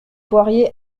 poirier